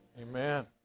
Amen